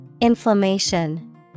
Inflammation